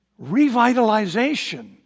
revitalization